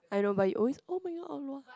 I know but you always oh my god Or-Lua